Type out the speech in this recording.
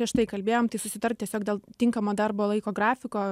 prieš tai kalbėjom tai susitart tiesiog dėl tinkamo darbo laiko grafiko